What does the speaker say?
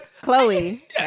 Chloe